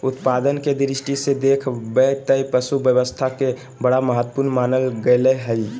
उत्पादन के दृष्टि से देख बैय त पशु स्वास्थ्य के बड़ा महत्व मानल गले हइ